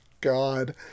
God